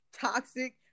toxic